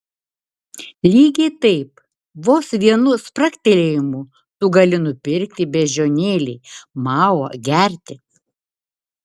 lygiai taip vos vienu spragtelėjimu tu gali nupirkti beždžionėlei mao gerti